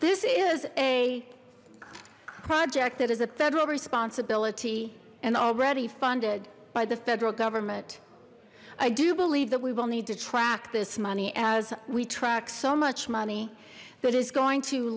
this is a project that is a federal responsibility and already funded by the federal government i do believe that we will need to track this money as we track so much money that is going to